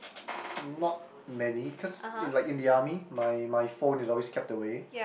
not many cause in like in the army my my phone is always kept away